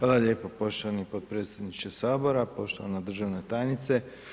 Hvala lijepo poštovani podpredsjedniče sabora, poštovana državna tajnice.